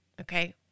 okay